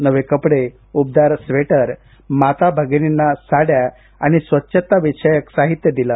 नवे कपडे ऊबदार स्वेटर माता भगिनींना साड्या आणि स्वच्छताविषयक साहित्य दिलं